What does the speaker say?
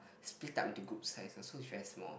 split up into group sizes so is very small